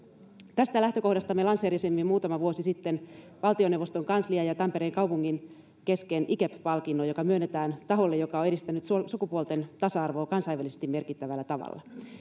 tästä lähtökohdasta me lanseerasimme muutama vuosi sitten valtioneuvoston kanslian ja tampereen kaupungin kesken igep palkinnon joka myönnetään taholle joka on edistänyt sukupuolten tasa arvoa kansainvälisesti merkittävällä tavalla